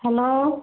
hello